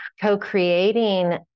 co-creating